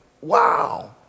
wow